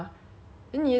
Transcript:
you beat them in a race